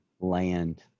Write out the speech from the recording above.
land